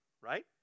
right